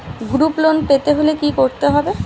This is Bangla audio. গ্রুপ লোন পেতে হলে কি করতে হবে?